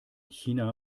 china